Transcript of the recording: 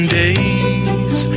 days